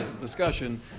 discussion